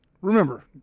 remember